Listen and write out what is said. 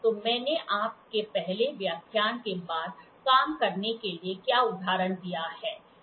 तो मैंने आपके पहले व्याख्यान के बाद काम करने के लिए क्या उदाहरण दिया है